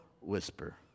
whisper